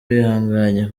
bihanganye